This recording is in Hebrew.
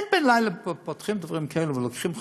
לא פותחים דברים כאלה בן-לילה ולוקחים חולים.